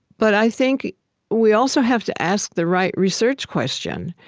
but i think we also have to ask the right research question.